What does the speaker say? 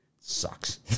sucks